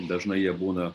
dažnai jie būna